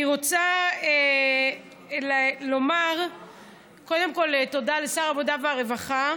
אני רוצה לומר קודם כול תודה לשר העבודה והרווחה.